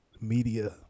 media